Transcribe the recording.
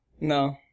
No